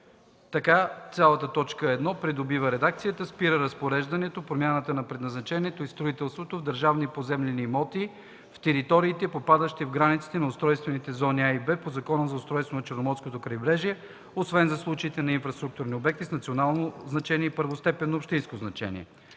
Така цялата т. 1 придобива редакцията: „1. Спира разпореждането, промяната на предназначението и строителството в държавни поземлени имоти в териториите, попадащи в границите на устройствените зони „А” и „Б” по Закона за устройство на Черноморското крайбрежие, освен за случаите на инфраструктурни обекти с национално значение и първостепенно общинско значение”.